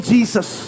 Jesus